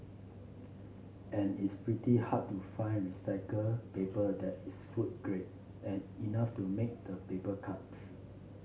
and it's pretty hard to find recycled paper that is food grade and enough to make the paper cups